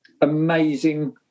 amazing